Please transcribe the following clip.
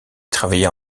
travailler